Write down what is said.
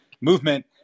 movement